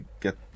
get